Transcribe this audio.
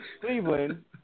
Cleveland